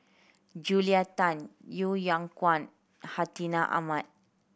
Julia Tan Yeo Yeow Kwang Hartinah Ahmad